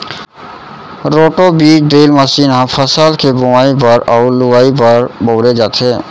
roto बीज drill machine ह फसल के बोवई बर अउ लुवाई बर बउरे जाथे